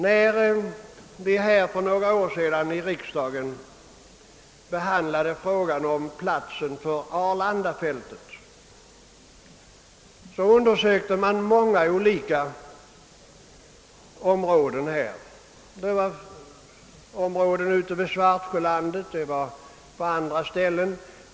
När vi för några år sedan här i riksdagen behandlade frågan om var storflygplatsen i stockholmsområdet — som ju sedermera förlades till Arlanda — skulle placeras, så undersöktes många olika områden, bl.a. Svartsjölandet.